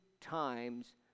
times